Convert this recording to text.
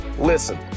Listen